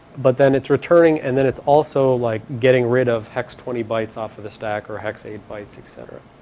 but then it's returning and then it's also like getting rid of hex twenty bytes off the stack or hex eight bytes, etc.